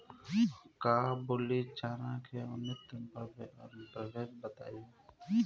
काबुली चना के उन्नत प्रभेद बताई?